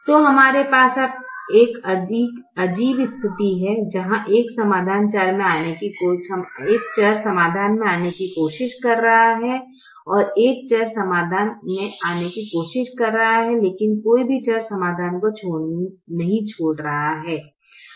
तो हमारे पास एक अजीब स्थिति है जहां एक चर समाधान में आने की कोशिश कर रहा है एक चर समाधान में आने की कोशिश कर रहा है लेकिन कोई भी चर समाधान नहीं छोड़ रहा है